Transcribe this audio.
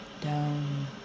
Down